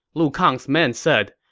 lu kang's men said,